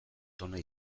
tona